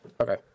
Okay